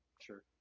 Sure